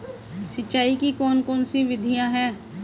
सिंचाई की कौन कौन सी विधियां हैं?